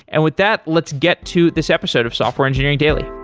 and with that, let's get to this episode of software engineering daily